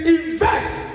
invest